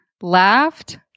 laughed